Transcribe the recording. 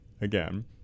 again